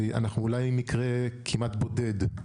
ואנחנו אולי מקרה כמעט בודד.